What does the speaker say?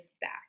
back